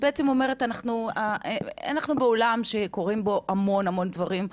את בעצם אומרת שאנחנו בעולם שקורים בו המון דברים,